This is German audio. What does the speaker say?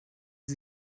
sie